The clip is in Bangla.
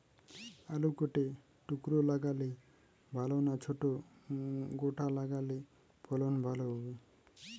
আলু কেটে টুকরো লাগালে ভাল না ছোট গোটা লাগালে ফলন ভালো হবে?